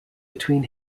between